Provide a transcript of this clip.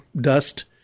dust